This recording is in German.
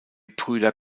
brüder